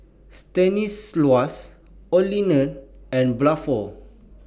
Stanislaus Olene and Bluford